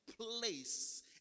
place